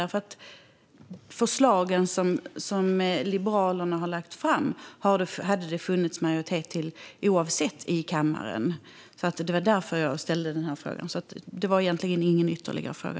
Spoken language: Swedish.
Det hade funnits majoritet i kammaren för de förslag som Liberalerna har lagt fram oavsett vad. Det var därför jag ställde frågan, och jag har egentligen inte någon ytterligare fråga.